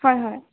হয় হয়